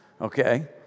okay